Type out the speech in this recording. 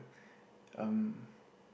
um